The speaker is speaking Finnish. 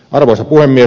arvoisa puhemies